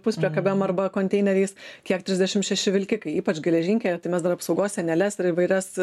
puspriekabėm arba konteineriais kiek trisdešim šeši vilkikai ypač geležinke tai mes dar apsaugos sieneles ir įvairias